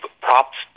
props